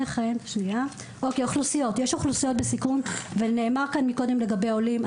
יש אוכלוסיות בסיכון, ונאמר קודם לגבי עולים.